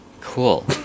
Cool